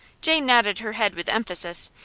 jane nodded her head with emphasis,